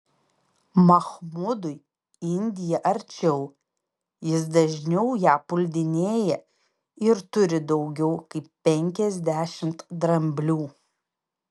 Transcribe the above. mahmudui indija arčiau jis dažniau ją puldinėja ir turi daugiau kaip penkiasdešimt dramblių